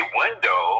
window